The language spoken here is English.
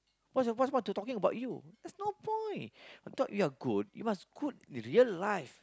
what's what's the talking about you there's no point you thought you are good you must good real life